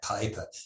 paper